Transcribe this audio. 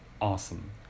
awesome